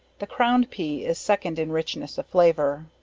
the crown pea, is second in richness of flavor.